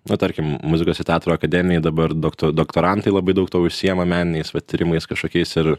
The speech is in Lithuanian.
na tarkim muzikos ir teatro akademijoj dabar dokto doktorantai labai daug tuo užsiima meniniais patyrimais kažkokiais ir